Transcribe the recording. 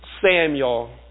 Samuel